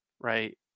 right